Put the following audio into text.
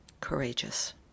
courageous